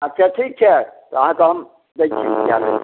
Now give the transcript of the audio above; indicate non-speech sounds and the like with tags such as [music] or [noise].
अच्छा ठीक छै तऽ अहाँक हम [unintelligible]